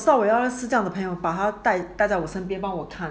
早知道我要认识这样的朋友把他带带到我身边帮我看